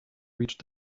reached